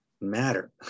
matter